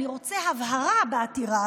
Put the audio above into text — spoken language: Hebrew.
אני רוצה הבהרה בעתירה,